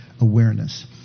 awareness